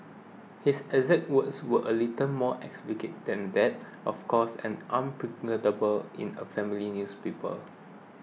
his exact words were a little more explicit than that of course and unprintable in a family newspaper